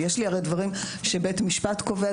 כי יש לי הרי דברים שבית משפט קובע.